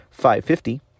550